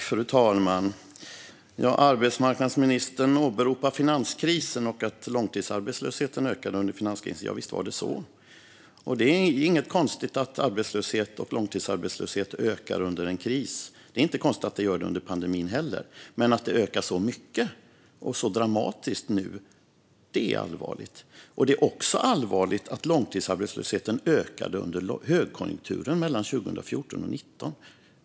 Fru talman! Arbetsmarknadsministern åberopar finanskrisen och att långtidsarbetslösheten ökade under finanskrisen. Ja, visst var det så. Det är inget konstigt att arbetslöshet och långtidsarbetslöshet ökar under en finanskris och inte heller under en pandemi. Men att den ökar så mycket och så dramatiskt nu är allvarligt. Det är också allvarligt att långtidsarbetslösheten ökade under högkonjunkturen 2014-2019.